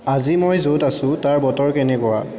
আজি মই য'ত আছো তাৰ বতৰ কেনেকুৱা